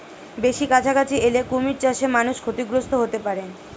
বেশি কাছাকাছি এলে কুমির চাষে মানুষ ক্ষতিগ্রস্ত হতে পারে